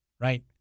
right